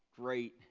great